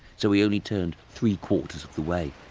so he only turned three quarters of the way.